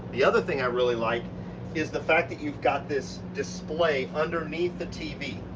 the other thing i really like is the fact that you've got this display underneath the tv.